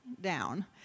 down